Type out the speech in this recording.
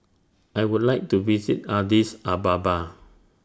I Would like to visit Addis Ababa